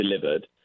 delivered